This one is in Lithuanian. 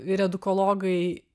ir edukologai